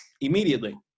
immediately